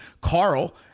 Carl